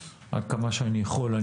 עד כמה שאני יכול,